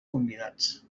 convidats